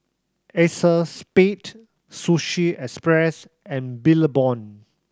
Acexspade Sushi Express and Billabong